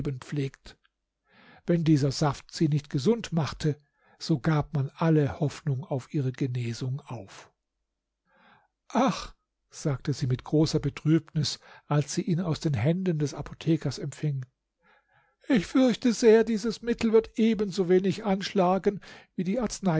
pflegt wenn dieser saft sie nicht gesund machte so gab man alle hoffnung auf ihre genesung auf ach sagte sie mit großer betrübnis als sie ihn aus den händen des apothekers empfing ich fürchte sehr dies mittel wird ebensowenig anschlagen wie die